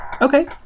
Okay